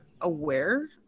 aware